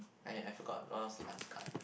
I I forgot what was the last card